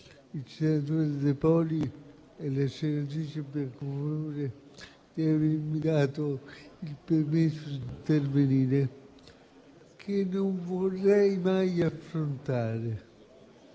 il senatore De Poli e la senatrice Biancofiore per avermi permesso di intervenire - che non vorrei mai affrontare,